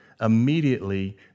immediately